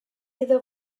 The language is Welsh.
iddo